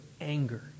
anger